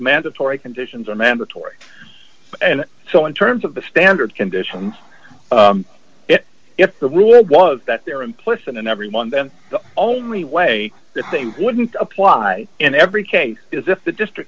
mandatory conditions are mandatory and so in terms of the standard conditions if the rule was that there implicit in everyone then the only way that they wouldn't apply in every case is if the district